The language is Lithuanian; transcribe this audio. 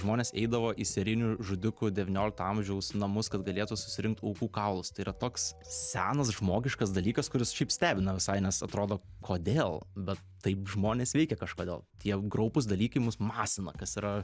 žmonės eidavo į serijinių žudikų devyniolikto amžiaus namus kad galėtų susirinkt aukų kaulus tai yra toks senas žmogiškas dalykas kuris šiaip stebina visai nes atrodo kodėl bet taip žmonės veikia kažkodėl tie kraupūs dalykai mus masina kas yra